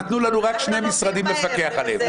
נתנו לנו רק שני משרדים לפקח עליהם.